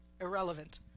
irrelevant